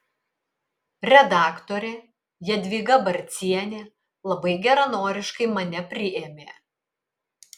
redaktorė jadvyga barcienė labai geranoriškai mane priėmė